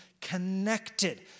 connected